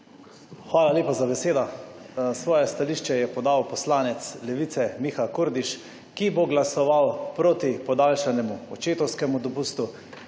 Hvala lepa za besedo. Svoje stališče je podal poslanec Levice, Miha Kordiš, ki bo glasoval proti podaljšanemu očetovskemu dopustu,